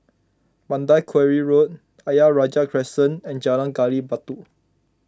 Mandai Quarry Road Ayer Rajah Crescent and Jalan Gali Batu